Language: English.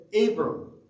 Abram